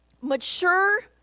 mature